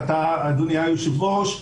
אדוני היושב-ראש,